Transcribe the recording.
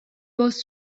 was